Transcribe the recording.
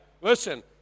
Listen